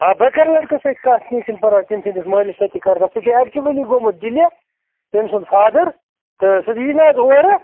آ بٔے کَرٕ لٔڑکَس سۭتۍ کَتھ کیٚنٛہہ چھُنہٕ پَرواے تٔمۍ سٕنٛدِس مٲلِس سۭتۍ تہِ کَرٕ بہٕ سُہ چھُ اٮ۪کچُؤلی گوٚمُت دِلہِ تٔمۍ سُنٛد فادَر تہٕ سُہ یی نہٕ حظ اورٕ